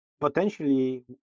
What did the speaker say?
potentially